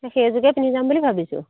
সেই যোৰকে পিন্ধি যাম বুলি ভাবিছোঁ